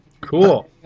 Cool